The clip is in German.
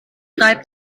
reibt